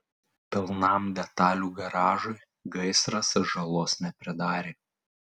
pilnam detalių garažui gaisras žalos nepridarė